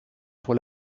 pour